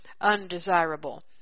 undesirable